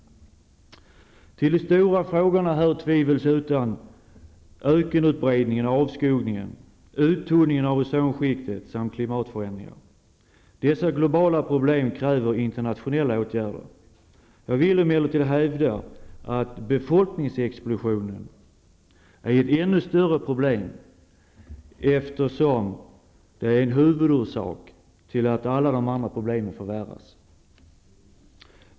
Till de stora frågorna hör tvivelsutan ökenutbredningen och avskogningen, uttunningen av ozonskiktet samt klimatförändringar. Dessa globala problem kräver internationella åtgärder. Jag vill emellertid hävda att befolkningsexplosionen är ett ännu större problem, eftersom den är huvudorsak till att alla de andra problemen förvärras.